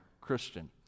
Christian